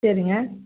சரிங்க